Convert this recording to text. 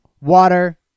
water